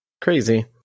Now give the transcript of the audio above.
crazy